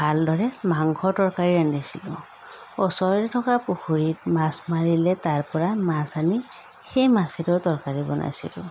ভালদৰে মাংসৰ তৰকাৰী ৰান্ধিছিলোঁ ওচৰতে থকা পুখুৰীত মাছ মাৰিলে তাৰপৰা মাছ আনি সেই মাছেৰেও তৰকাৰী বনাইছিলোঁ